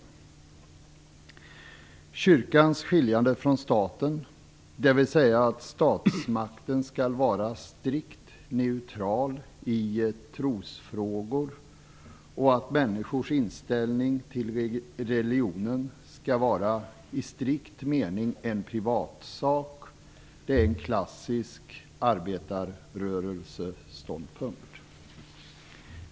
Att kyrkan skall skiljas från staten - dvs. att statsmakten skall vara strikt neutral i trosfrågor och att människors inställning till religionen i strikt mening skall vara en privatsak - är en klassisk arbetarrörelseståndpunkt.